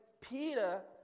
Peter